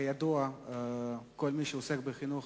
כידוע לכל מי שעוסק בחינוך,